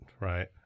Right